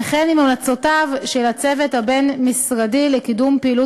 וכן עם המלצותיו של הצוות הבין-משרדי לקידום פעילות